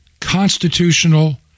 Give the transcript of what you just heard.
constitutional